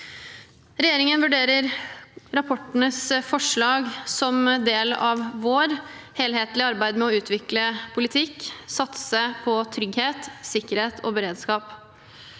Regjeringen vurderer rapportenes forslag som en del av vårt helhetlige arbeid med å utvikle politikk og satse på trygghet, sikkerhet og beredskap.